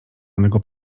onego